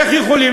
איך הם יכולים?